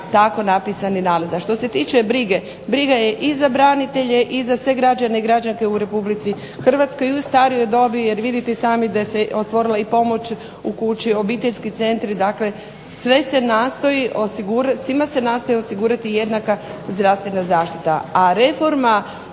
tako napisane nalaze. A što se tiče brige, briga je i za branitelje i za sve građane i građanke u Republici Hrvatskoj, i u starijoj dobi, jer vidite i sami da se otvorila i pomoć u kući obiteljski centri, dakle sve se nastoji, svima se nastoji osigurati jedna zdravstvena zaštita. A reforma